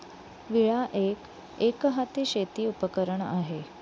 विळा एक, एकहाती शेती उपकरण आहे